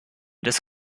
des